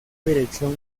dirección